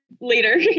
later